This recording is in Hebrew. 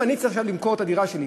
אם אני צריך עכשיו למכור את הדירה שלי,